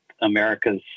America's